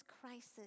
crisis